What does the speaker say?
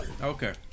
Okay